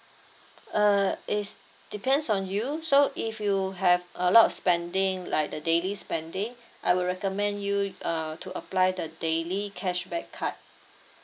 uh it's depends on you so if you have a lot of spending like the daily spending I will recommend you uh to apply the daily cashback card